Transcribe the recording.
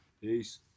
Peace